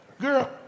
Girl